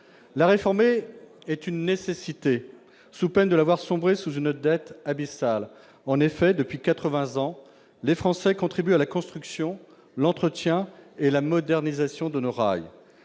La réformer est une nécessité, sous peine de la voir sombrer en raison d'une dette abyssale. Depuis quatre-vingts ans, les Français contribuent à la construction, à l'entretien et à la modernisation de nos rails.